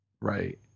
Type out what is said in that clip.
Right